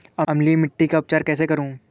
अम्लीय मिट्टी का उपचार कैसे करूँ?